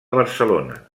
barcelona